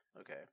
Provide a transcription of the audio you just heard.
okay